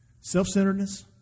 Self-centeredness